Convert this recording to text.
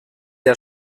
der